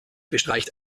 bestreicht